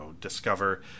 discover